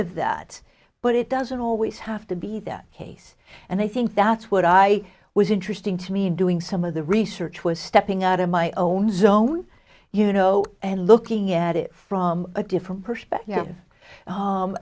of that but it doesn't always have to be that case and i think that's what i was interesting to me in doing some of the research was stepping out of my own zone you know and looking at it from a different perspective